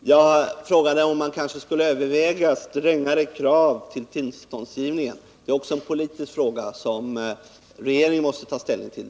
Jag frågade om man kommer att överväga strängare krav vid tillståndsgivning. Det är en politisk fråga som regeringen måste ta ställning till.